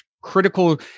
critical